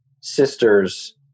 sisters